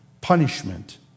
punishment